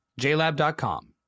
JLab.com